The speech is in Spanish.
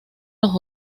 los